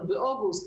באוגוסט,